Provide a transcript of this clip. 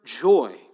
joy